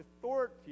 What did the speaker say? authority